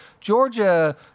Georgia